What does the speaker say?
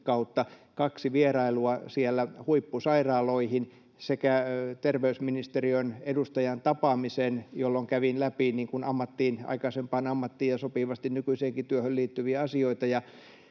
kautta kaksi vierailua siellä huippusairaaloihin sekä terveysministeriön edustajan tapaamisen, jolloin kävin läpi aikaisempaan ammattiin ja sopivasti nykyiseenkin työhön liittyviä asioita.